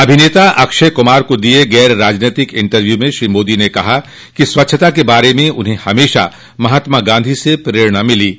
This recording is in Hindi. अभिनेता अक्षय कुमार को दिये गैर राजनीतिक इंटरव्यू में श्री मोदी ने कहा की स्वच्छता के बारे में उन्हें हमेशा महात्मा गांधी से प्ररेणा मिली है